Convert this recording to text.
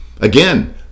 Again